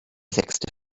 sechste